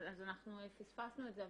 אז אנחנו פספסנו את זה,